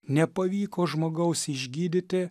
nepavyko žmogaus išgydyti